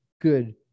good